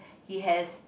he has